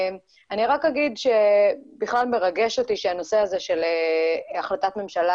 אני רק אגיד שבכלל מרגש אותי שהנושא הזה של החלטת ממשלה